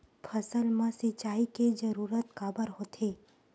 फसल मा सिंचाई के जरूरत काबर होथे?